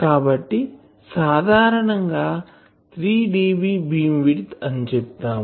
కాబట్టి సాధారణం గా 3 dB బీమ్ విడ్త్ అని చెప్తాం